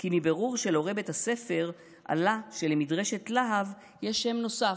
כי מבירור של הורי בית הספר עלה שלמדרשת להב יש שם נוסף: